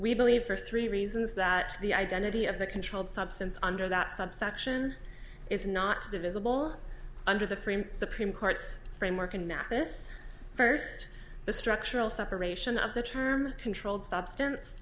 we believe for three reasons that the identity of the controlled substance under that subsection it's not divisible under the supreme court's framework and now this first the structural separation of the term controlled substance